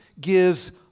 gives